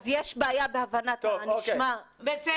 יש בעיה בהבנת הנשמע.